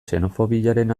xenofobiaren